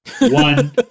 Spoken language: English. One